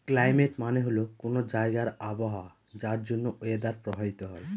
climate মানে হল কোনো জায়গার আবহাওয়া যার জন্য ওয়েদার প্রভাবিত হয়